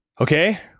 Okay